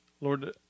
Lord